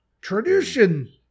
Tradition